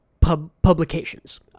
publications